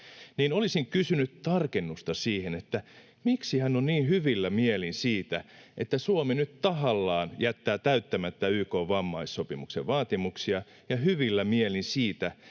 niin olisin kysynyt tarkennusta siihen, miksi hän on niin hyvillä mielin siitä, että Suomi nyt tahallaan jättää täyttämättä YK:n vammaissopimuksen vaatimuksia, ja hyvillä mielin siitä,